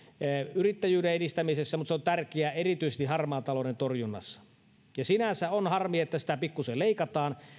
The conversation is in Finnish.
yrittäjyyden edistämisessä mutta se on tärkeä erityisesti harmaan talouden torjunnassa sinänsä on harmi että sitä pikkuisen leikataan